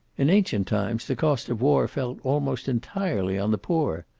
in ancient times the cost of war fell almost entirely on the poor.